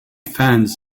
fans